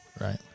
right